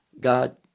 God